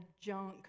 junk